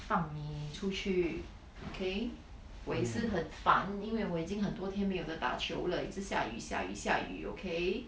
放你出去 okay 我也是很烦因为我已经很多天没有的打球了一直下雨下雨下雨 okay